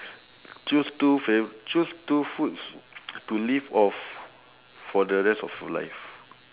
choose two fa~ choose two foods to live off for the rest of your life